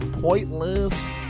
Pointless